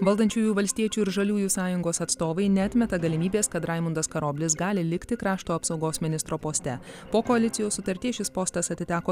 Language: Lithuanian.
valdančiųjų valstiečių ir žaliųjų sąjungos atstovai neatmeta galimybės kad raimundas karoblis gali likti krašto apsaugos ministro poste po koalicijos sutarties šis postas atiteko